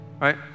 right